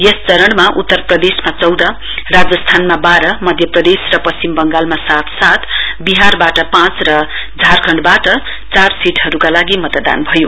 यस चरणमा उत्तर प्रदेशमा चौध राजस्थानमा बाह्र मध्यप्रदेश र पश्चिम बङ्गालमा सात सात बिहारबाट पाँच र झारखण्डबाट चार सीटहरूका लागि मतदान भयो